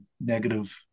negative